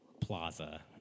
plaza